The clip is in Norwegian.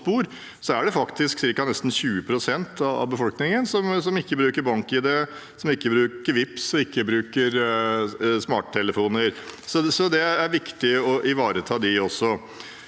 faktisk nesten 20 pst. av befolkningen som ikke bruker BankID, ikke bruker Vipps og ikke bruker smarttelefoner. Det er viktig å ivareta disse også.